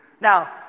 Now